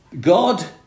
God